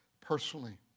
personally